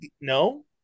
No